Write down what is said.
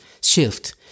shift